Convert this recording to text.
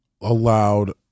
Allowed